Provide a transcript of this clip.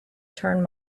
turn